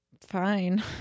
fine